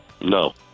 No